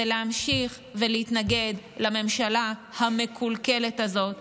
זה להמשיך ולהתנגד לממשלה המקולקלת הזאת,